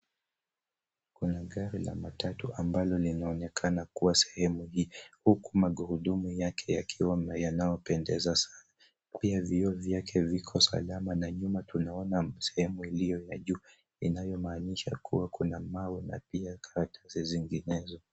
Kuna gari la matatu ambalo linaonekana kuwa sehemu hii huku magurudumu yake yakiwa yanayopendeza sana. Pia vioo vyake viko salama na nyuma tunaona sehemu iliyo ya juu inayomaanisha kuwa kuna mawe na pia karatasi zinginezo.